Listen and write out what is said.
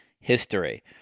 history